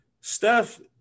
Steph